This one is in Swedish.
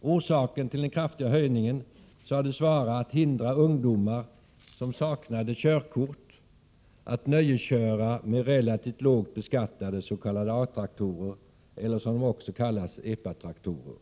Orsaken till den kraftiga höjningen sades vara att man ville hindra ungdomar som saknade körkort att nöjesköra med relativt lågt beskattade s.k. A-traktorer eller, som de också kallas, Epatraktorer.